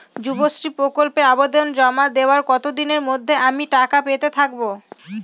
যুবশ্রী প্রকল্পে আবেদন জমা দেওয়ার কতদিনের মধ্যে আমি টাকা পেতে থাকব?